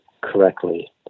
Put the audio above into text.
correctly